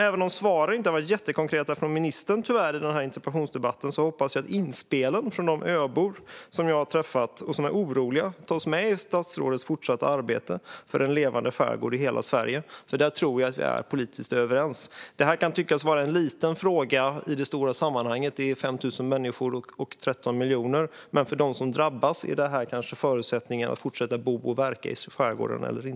Även om svaren från ministern i denna interpellationsdebatt inte har varit jättekonkreta hoppas jag att inspelen från de oroliga öbor som jag har träffat tas med i statsrådets fortsatta arbete för en levande skärgård i hela Sverige, för här tror jag att vi är politiskt överens. Det kan tyckas vara en liten fråga i det stora sammanhanget. Det handlar om 5 000 människor och 13 miljoner kronor, men för dessa människor är det kanske själva förutsättningen för att de ska kunna fortsätta att bo och verka i skärgården.